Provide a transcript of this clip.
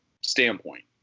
standpoint